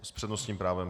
S přednostním právem.